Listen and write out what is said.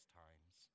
times